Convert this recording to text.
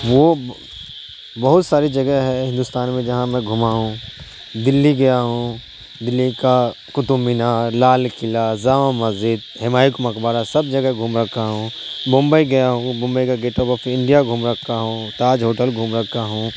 وہ بہت ساری جگہ ہے ہندوستان میں جہاں میں گھوما ہوں دلی گیا ہوں دلی کا قطب مینار لال قلعہ جامع مسجد ہمایوں کا مقبرہ سب جگہ گھوم رکھا ہوں بمبئی گیا ہوں بمبئی کا گیٹ آف انڈیا گھوم رکھا ہوں تاج ہوٹل گھوم رکھا ہوں